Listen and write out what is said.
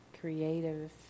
creative